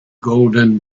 golden